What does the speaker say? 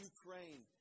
Ukraine